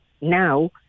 now